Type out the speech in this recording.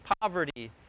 poverty